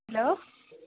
hello